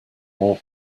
more